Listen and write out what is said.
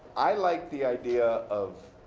i like the idea of